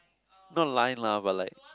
not lying lah but like